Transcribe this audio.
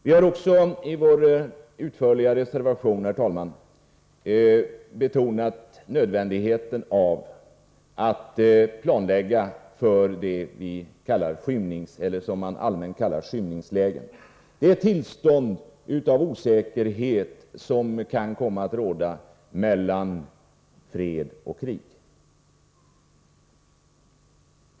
Vi har också i vår utförliga reservation, herr talman, betonat nödvändigheten av att planlägga för det som allmänt kallas skymningsläget — det tillstånd av osäkerhet som kan komma att råda mellan fred och krig.